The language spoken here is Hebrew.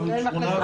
שכונה.